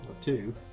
two